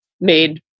made